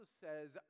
says